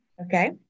Okay